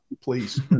please